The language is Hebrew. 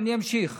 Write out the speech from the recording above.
אני אמשיך.